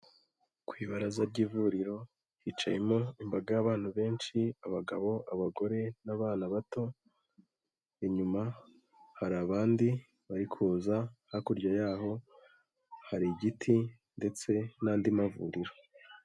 Ku ibaraza ry'ivuriro, hicayemo imbaga y'abantu benshi, abagabo abagore n'abana bato. Inyuma hari abandi bari kuza, hakurya yaho, hari igiti, ndetse n'andi mavuriro.